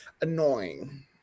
Annoying